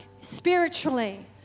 spiritually